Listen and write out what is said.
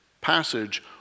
passage